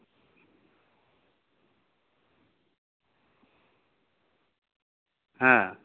ᱦᱮᱸ